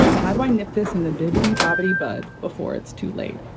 how do i nip this in the bbt bobby bud before it's too late?